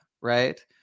right